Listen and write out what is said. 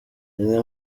zimwe